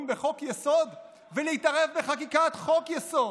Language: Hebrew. בחוק-יסוד ולהתערב בחקיקת חוק-יסוד?